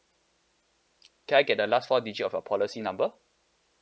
can I get the last four digit of your policy number